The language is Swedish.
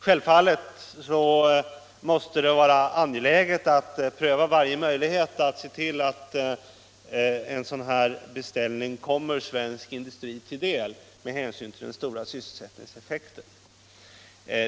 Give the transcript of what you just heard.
Självfallet måste det vara angeläget att pröva varje möjlighet att se till att en sådan här beställning kommer svensk industri till del — med hänsyn till den stora sysselsättningseffekten.